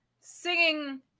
singing